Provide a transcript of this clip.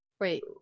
Wait